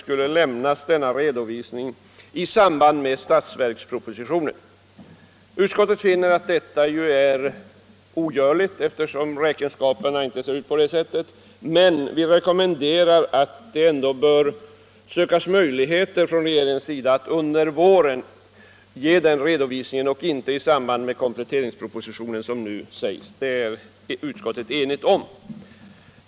Enligt det beslutet skulle redovisning lämnas i samband med budgetpropositionen, men utskottet finner att detta är ogörligt, eftersom räkenskaperna inte ser ut på det sättet att det är praktiskt möjligt. Vi rekommenderar ändå att regeringen söker möjligheter att ge redovisningen tidigare under våren i stället för i samband med kompletteringspropositionen, som nu har varit fallet. Detta är utskottet enigt om.